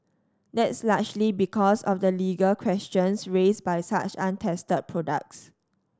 that's largely because of the legal questions raised by such untested products